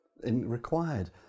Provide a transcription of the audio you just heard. required